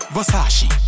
Versace